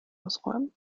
ausräumen